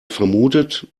vermutet